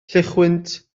lluwchwynt